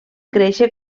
créixer